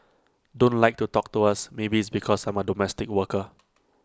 don't like to talk to us maybe it's because I am A domestic worker